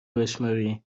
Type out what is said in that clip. بشمری